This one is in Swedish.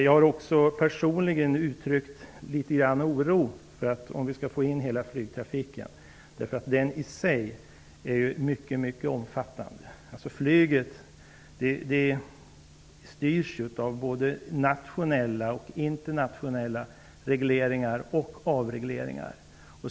Jag har personligen uttryck oro för att vi skall få in hela flygtrafiken, eftersom den i sig är mycket omfattande. Flyget styrs ju av både nationella och internationella regleringar och avregleringar.